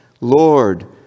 Lord